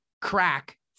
crack